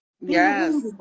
Yes